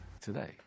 Today